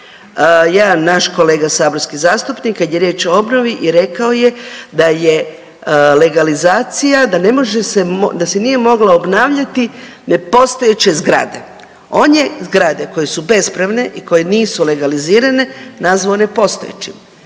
jedan naš kolega saborski zastupnik kad je riječ o obnovi i rekao je da je legalizacija da ne može se, da se nije mogla obnavljati nepostojeće zgrade. On je zgrade koje su bespravne i koje nisu legalizirane nazvao nepostojećim.